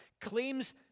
claims